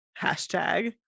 hashtag